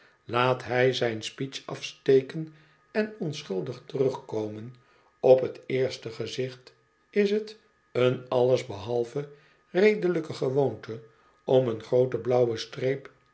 laat hij zijn speech afsteken en onschuldig terugkomen op t eerste gezicht is toen alles behalve redelijke gewoonte om een groote blauwe streep